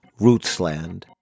Rootsland